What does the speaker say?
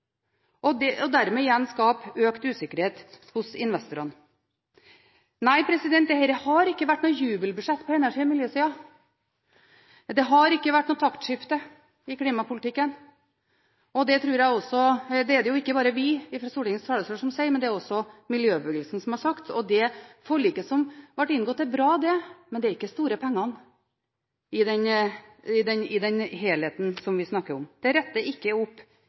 dermed igjen skaper økt usikkerhet hos investorene? Dette har ikke vært noe jubelbudsjett på energi- og miljøsida. Det har ikke vært noe taktskifte i klimapolitikken. Det er det ikke bare vi fra Stortingets talerstol som sier, det har også miljøbevegelsen sagt. Forliket som ble inngått, er bra, men det er ikke store pengene i den helheten man snakker om. Man når ikke ambisjonsnivået til Kristelig Folkeparti og Venstre. Så var representanten Rotevatn inne på samferdsel. Jernbanen lå med brukket rygg etter sist Venstre satt i regjering. Vi